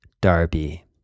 Darby